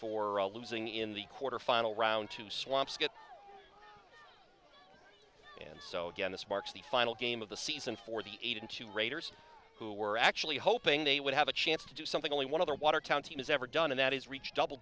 for losing in the quarter final round to swampscott and so again this marks the final game of the season for the eight and two raiders who were actually hoping they would have a chance to do something only one of the watertown team has ever done and that is reach double